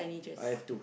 I have to